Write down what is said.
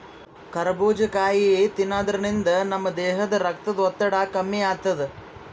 ಕರಬೂಜ್ ಕಾಯಿ ತಿನ್ನಾದ್ರಿನ್ದ ನಮ್ ದೇಹದ್ದ್ ರಕ್ತದ್ ಒತ್ತಡ ಕಮ್ಮಿ ಆತದ್